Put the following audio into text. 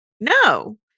no